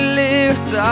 lift